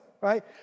right